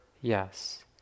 yes